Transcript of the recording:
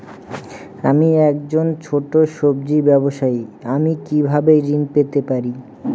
আমি একজন ছোট সব্জি ব্যবসায়ী আমি কিভাবে ঋণ পেতে পারি?